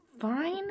fine